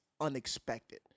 unexpected